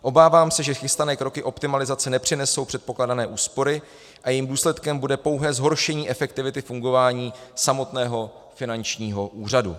Obávám se, že chystané kroky optimalizace nepřinesou předpokládané úspory a jejich důsledkem bude pouhé zhoršení efektivity fungování samotného finančního úřadu.